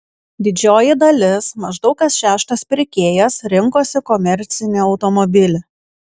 didžioji dalis maždaug kas šeštas pirkėjas rinkosi komercinį automobilį